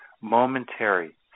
momentary